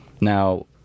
now